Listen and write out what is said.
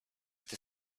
with